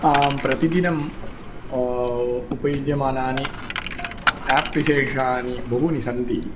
आम् प्रतिदिनम् उपयुज्यमानानि आप् विशेषानि बहूनि सन्ति